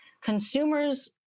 Consumers